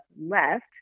left